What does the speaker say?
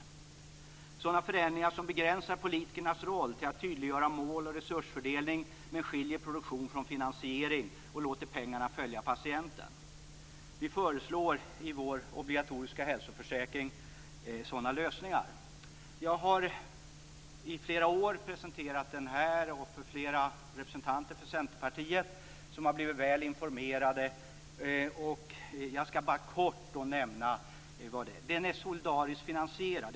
Det är sådana förändringar som begränsar politikernas roll till att tydliggöra mål och resursfördelning, men skiljer produktion från finansiering och låter pengarna följa patienten. Vi föreslår i vår obligatoriska hälsoförsäkring sådana lösningar. Jag har i flera år presenterat försäkringen här och för flera representanter för Centerpartiet, som har blivit väl informerade. Jag skall bara kort nämna vad det gäller. Den är solidariskt finansierad.